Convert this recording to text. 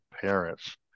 parents